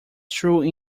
true